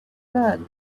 learn